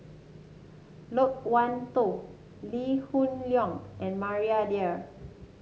Loke Wan Tho Lee Hoon Leong and Maria Dyer